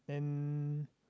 then